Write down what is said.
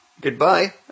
Goodbye